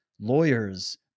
lawyers